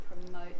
promote